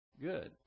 good